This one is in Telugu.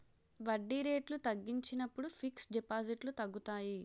వడ్డీ రేట్లు తగ్గించినప్పుడు ఫిక్స్ డిపాజిట్లు తగ్గుతాయి